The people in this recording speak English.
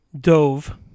dove